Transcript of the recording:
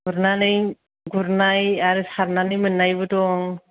गुरनानै गुरनाय आरो सारनानै मोननायबो दं